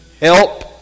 help